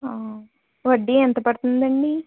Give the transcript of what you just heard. వడ్డీ ఎంత పడుతుందండి